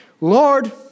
Lord